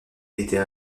était